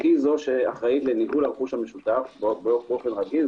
שהיא זו שאחראית לניהול הרכוש המשותף באופן רגיל,